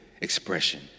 expression